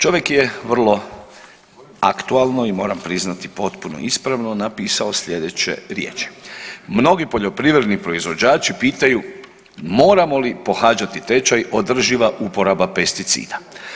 Čovjek je vrlo aktualno i moram priznati potpuno ispravno napisao sljedeće riječi, Mnogi poljoprivredni proizvođači pitaju moramo li pohađati tečaj održiva uporaba pesticida.